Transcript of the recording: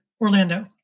Orlando